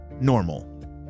normal